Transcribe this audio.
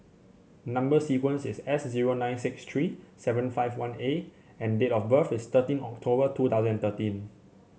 number sequence is S zero nine six three seven five one A and date of birth is thirteen October two thousand thirteen